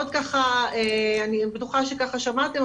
אני בטוחה ששמעתם,